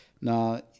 Now